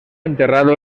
enterrado